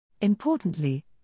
Importantly